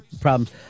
problems